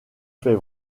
fait